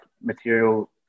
material